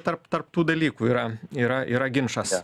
tarp tarp tų dalykų yra yra yra ginčas